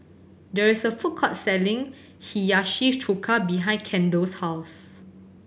there is a food court selling Hiyashi Chuka behind Kendall's house